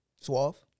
Suave